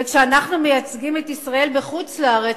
וכשאנחנו מייצגים את ישראל בחוץ-לארץ,